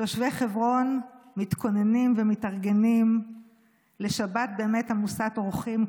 תושבי חברון מתכוננים ומתארגנים לשבת באמת עמוסת אורחים,